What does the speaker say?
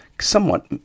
somewhat